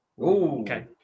Okay